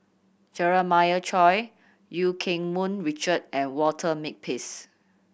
Jeremiah Choy Eu Keng Mun Richard and Walter Makepeace